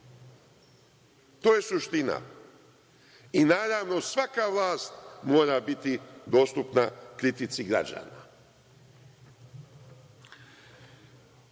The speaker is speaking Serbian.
To je suština. Naravno svaka vlast mora biti dostupna kritici građana